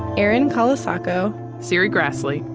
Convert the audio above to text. erin colasacco, serri graslie,